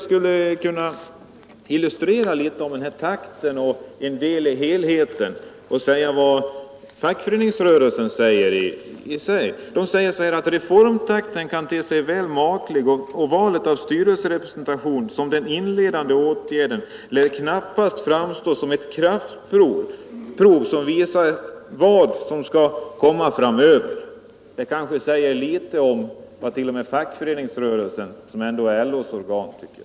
Som en illustration till utvecklingstakten och till talet om helheten kan man se fackföreningsrörelsens uttalande att reformtakten kan te sig väl maklig och att valet av styrelserepresentation som den inledande åtgärden knappast lär framstå som ett kraftprov som visar vad som skall komma längre fram. Det kanske säger något om vad t.o.m. LO:s organ Fackföreningsrörelsen tycker.